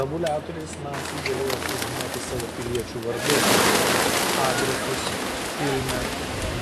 tabuliatoriais naciai galėjo sužinoti savo piliečių vardus adresus kilmę